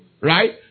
Right